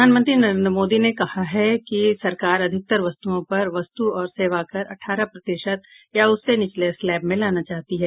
प्रधानमंत्री नरेन्द्र मोदी ने कहा है कि सरकार अधिकतर वस्तुओं पर वस्तु और सेवा कर अठारह प्रतिशत या उससे निचले स्लैब में लाना चाहती है